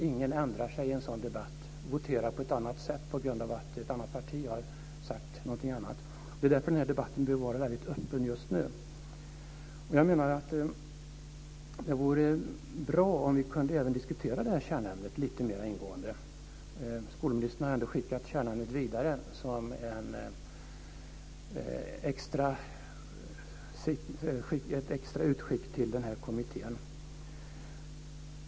Ingen ändrar sig i en sådan debatt och voterar på ett annat sätt på grund av att ett annat parti har sagt något annat. Det är därför debatten bör vara öppen just nu. Det vore bra om vi även kunde diskutera kärnämnet lite mer ingående. Skolministern har skickat frågan om kärnämnet vidare som ett extra utskick till kommittén.